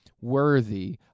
worthy